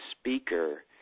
speaker